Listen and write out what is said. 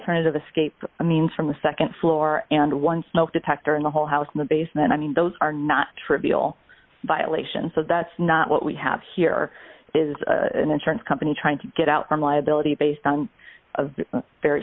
terms of escape i mean from the nd floor and one smoke detector in the whole house in the basement i mean those are not trivial violations so that's not what we have here is an insurance company trying to get out from liability based on a very